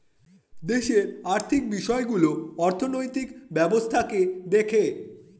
দেশের আর্থিক বিষয়গুলো অর্থনৈতিক ব্যবস্থাকে দেখে